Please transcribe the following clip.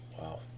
Wow